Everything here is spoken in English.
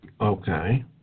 Okay